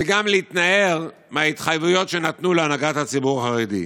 וגם להתנער מההתחייבויות שנתנו להנהגת הציבור החרדי.